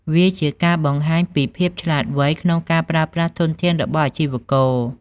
វាជាការបង្ហាញពីភាពឆ្លាតវៃក្នុងការប្រើប្រាស់ធនធានរបស់អាជីវករ។